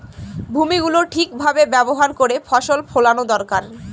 ভূমি গুলো ঠিক ভাবে ব্যবহার করে ফসল ফোলানো দরকার